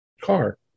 car